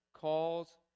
calls